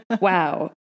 Wow